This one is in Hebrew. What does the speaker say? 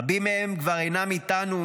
רבים מהם כבר אינם איתנו,